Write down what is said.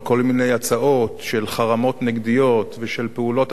הצעות של חרמות נגדיים ושל פעולות אחרות,